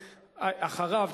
ואחריו,